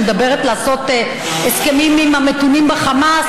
שמדברת על לעשות הסכמים עם המתונים בחמאס